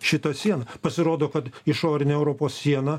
šita siena pasirodo kad išorinė europos siena